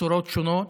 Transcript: בצורות שונות,